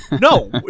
No